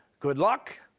good luck,